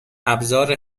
ابزار